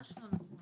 ממש לא נכון.